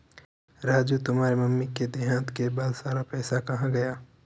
राजू तुम्हारे मम्मी के देहांत के बाद सारा पैसा कहां गया?